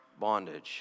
bondage